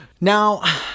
Now